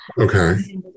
Okay